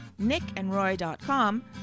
nickandroy.com